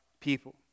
people